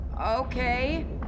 okay